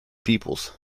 pupils